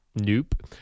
Nope